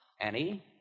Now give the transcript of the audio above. Annie